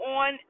on